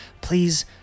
please